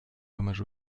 hommage